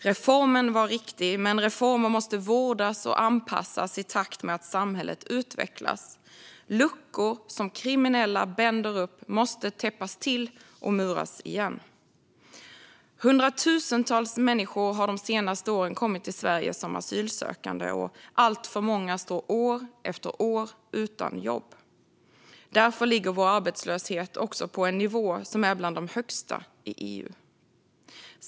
Reformen var riktig, men reformer måste vårdas och anpassas i takt med att samhället utvecklas. Luckor som kriminella bänder upp måste täppas till och muras igen. Hundratusentals människor har de senaste åren kommit till Sverige som asylsökande, och alltför många står år efter år utan jobb. Därför ligger vår arbetslöshet på en nivå som är bland de högsta i EU.